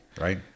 right